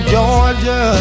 Georgia